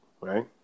right